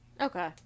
Okay